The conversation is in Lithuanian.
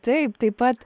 taip taip pat